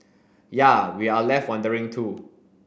yea we're left wondering too